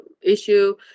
issue